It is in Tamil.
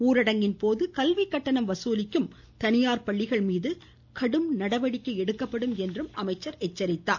ஊரடங்கின் போது கல்வி கட்டணம் வசூலிக்கும் தனியார் பள்ளிகள் மீது கடும் நடவடிக்கை எடுக்கப்படும் என்றும் அவர் கூறினார்